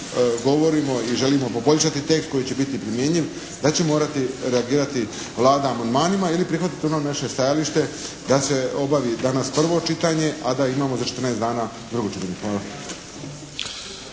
govorimo i želimo poboljšati, tekst koji će biti primjenjiv, da će morati reagirati Vlada amandmanima ili prihvatiti ono naše stajalište da se obavi danas prvo čitanje, a da imamo za četrnaest dana drugo čitanje.